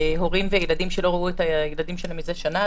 הורים וילדים שלא ראו את הילדים שלהם מזה שנה,